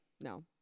no